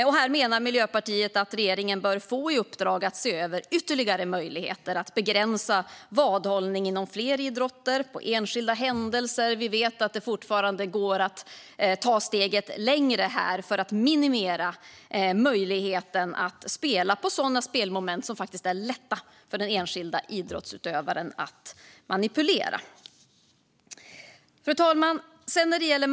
Miljöpartiet menar att regeringen bör få i uppdrag att se över ytterligare möjligheter att begränsa vadhållning inom fler idrotter och på enskilda händelser. Vi vet att man kan gå ett steg längre för att minimera möjligheten att spela på sådana spelmoment som är lätta för en enskild idrottsutövare att manipulera. Fru talman!